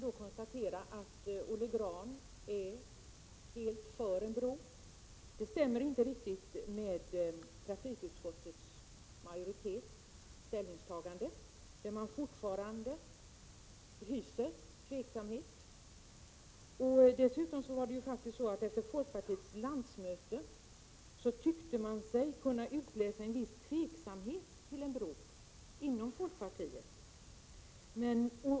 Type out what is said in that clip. Där hyser man fortfarande — Prot. 1987/88:31 tveksamhet. 25 november 1987 Efter folkpartiets landsmöte tyckte man sig också kunna märka viss = Zoo cd ae tveksamhet inom folkpartiet till en bro.